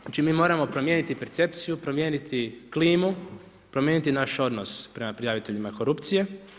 Znači, mi moramo promijeniti percepciju, promijeniti klimu, promijeniti naš odnos prema prijaviteljima korupcije.